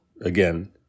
again